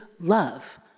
love